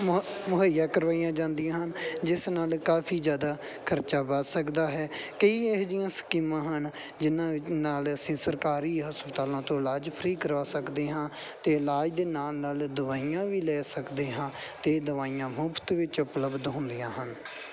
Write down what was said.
ਮੁਹ ਮੁਹੱਈਆ ਕਰਵਾਈਆਂ ਜਾਂਦੀਆਂ ਹਨ ਜਿਸ ਨਾਲ ਕਾਫੀ ਜ਼ਿਆਦਾ ਖਰਚਾ ਬੱਚ ਸਕਦਾ ਹੈ ਕਈ ਇਹੋ ਜਿਹੀਆਂ ਸਕੀਮਾਂ ਹਨ ਜਿਹਨਾਂ ਵੀ ਨਾਲ ਅਸੀਂ ਸਰਕਾਰੀ ਹਸਪਤਾਲਾਂ ਤੋਂ ਇਲਾਜ ਫਰੀ ਕਰਵਾ ਸਕਦੇ ਹਾਂ ਅਤੇ ਇਲਾਜ ਦੇ ਨਾਲ ਨਾਲ ਦਵਾਈਆਂ ਵੀ ਲੈ ਸਕਦੇ ਹਾਂ ਅਤੇ ਦਵਾਈਆਂ ਮੁਫਤ ਵਿੱਚ ਉਪਲਬਧ ਹੁੰਦੀਆਂ ਹਨ